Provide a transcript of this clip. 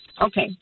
okay